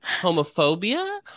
homophobia